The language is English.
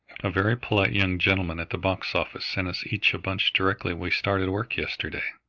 a very polite young gentleman at the box office sent us each a bunch directly we started work yesterday.